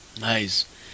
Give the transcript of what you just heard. Nice